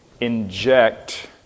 inject